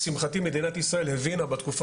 לשמחתי מדינת ישראל הבינה בתקופה